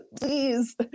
please